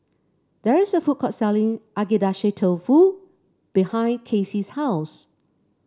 there is a food court selling Agedashi Dofu behind Kacy's house